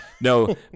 No